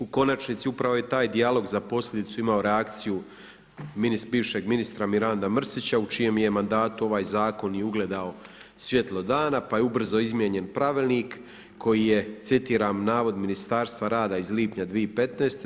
U konačnici upravo je taj dijalog za posljedicu imao reakciju bivšeg ministra Miranda Mrsića u čijem je mandatu ovaj zakon i ugledao svjetlo dana, pa je ubrzo izmijenjen pravilnik koji je citiram navod Ministarstva rada iz lipnja 2015.